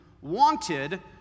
wanted